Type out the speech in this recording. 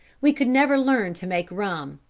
we could never learn to make rum.